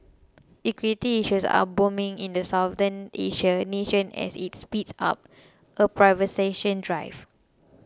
equity issues are booming in the Southeast Asian nation as it speeds up a privatisation drive